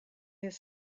his